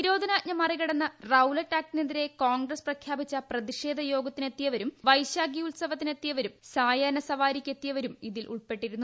നിരോധനാജ്ഞ മറികടന്ന് റൌലത്ത് ആക്ടിനെതിരെ കോൺഗ്രസ് പ്രഖ്യാപിച്ച പ്രതിഷേധ യോഗത്തിനെത്തിയവരും വൈശാഖി ഉത്സവത്തിന് എത്തിയവരും സായാഹ്ന സവാരിക്ക് എത്തിയവരും ഇതിൽ ഉൾപ്പെട്ടിരുന്നു